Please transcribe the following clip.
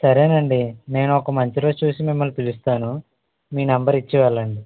సరేనా అండి నేను ఒక మంచి రోజు చూసి మిమ్మల్ని పిలుస్తాను మీ నెంబర్ ఇచ్చి వెళ్ళండి